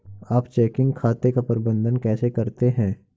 आप चेकिंग खाते का प्रबंधन कैसे करते हैं?